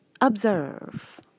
observe